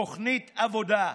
תוכנית עבודה.